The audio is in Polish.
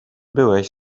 byłeś